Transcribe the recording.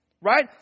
Right